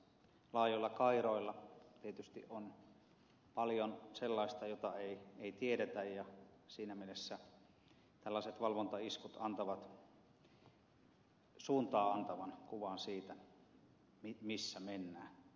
laajoilla kairoilla tietysti on paljon sellaista jota ei tiedetä ja siinä mielessä tällaiset valvontaiskut antavat suuntaa antavan kuvan siitä missä mennään